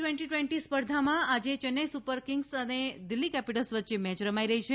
twenty twenty સ્પર્ધામાં આજે Chennai Super Kings અને દિલ્ફી કેપિટલ્સ વચ્ચે મેચ રમાઈ રહી છે